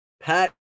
Pat